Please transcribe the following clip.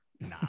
Nah